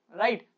right